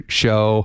show